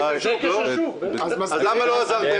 אז למה לא עזרתם?